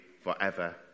forever